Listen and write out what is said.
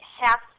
half